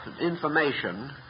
information